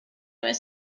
was